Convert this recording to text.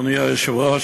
אדוני היושב-ראש,